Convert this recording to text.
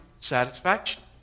satisfaction